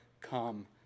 come